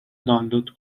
دانلود